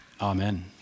Amen